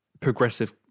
progressive